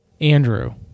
Andrew